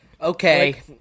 Okay